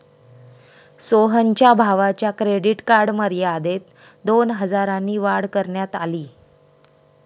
सोहनच्या भावाच्या credit card मर्यादेत दोन हजारांनी वाढ करण्यात आली